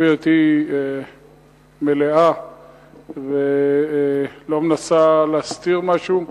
שלפי דעתי מלאה ולא מנסה להסתיר משהו,